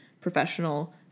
professional